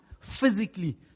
physically